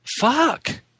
fuck